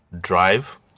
drive